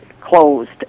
closed